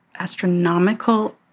astronomical